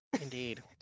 Indeed